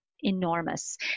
Enormous